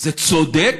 זה צודק?